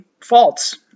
false